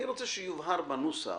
אני רוצה שיובהר בנוסח